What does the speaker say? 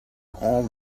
all